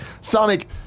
Sonic